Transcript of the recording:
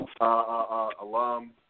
alum